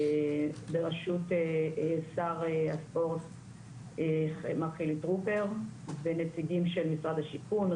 ברשות שר הספורט מר חיליק טרופר ונציגים של משרד השיכון,